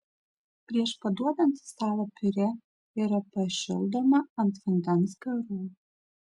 prieš paduodant į stalą piurė yra pašildoma ant vandens garų